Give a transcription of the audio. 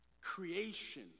creation